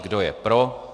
Kdo je pro.